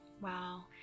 Wow